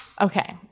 Okay